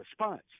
response